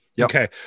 Okay